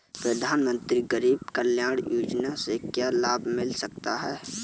प्रधानमंत्री गरीब कल्याण योजना से क्या लाभ मिल सकता है?